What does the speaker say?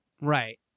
Right